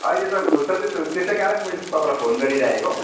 अहिले त फुर्सदै छु त्यसैकारण मैले तपाईँलाई फोन गरिराखेको